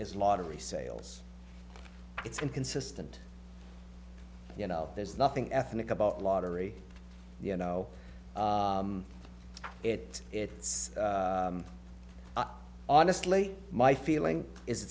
is lottery sales it's inconsistent you know there's nothing ethnic about lottery you know it it's honestly my feeling is